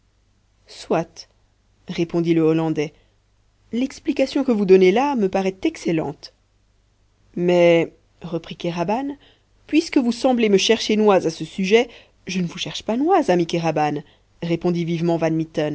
soit répondit le hollandais l'explication que vous donnez là me paraît excellente mais reprit kéraban puisque vous semblez me chercher noise à ce sujet je ne vous cherche pas noise ami kéraban répondit vivement